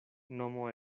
nomo